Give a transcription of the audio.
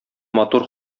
матур